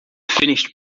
finished